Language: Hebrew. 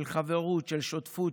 של חברות ושותפות,